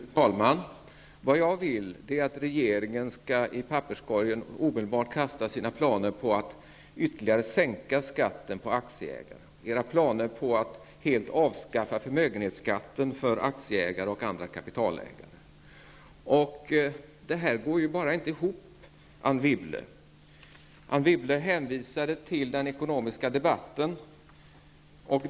Fru talman! Vad jag vill är att regeringen omedelbart i papperskorgen skall kasta sina planer på att ytterligare sänka skatten för aktieägarna och att helt avskaffa förmögenhetsskatten för aktieägare och andra kapitalägare. Detta går bara inte ihop, Anne Wibble. Anne Wibble hänvisade till den ekonomiska debatten.